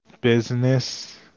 business